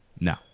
No